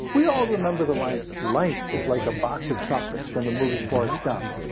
we all remember the line, life is like a box of chocolates from the movie, forrest gump.